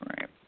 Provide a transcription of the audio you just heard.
right